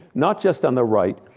not just on the right,